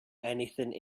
anything